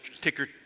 ticker